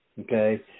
okay